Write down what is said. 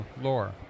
lore